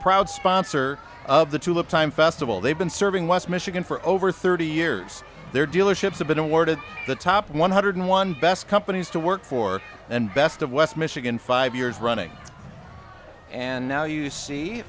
proud sponsor of the tulip time festival they've been serving west michigan for over thirty years their dealerships have been awarded the top one hundred one best companies to work for and best of west michigan five years running and now you see